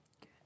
Good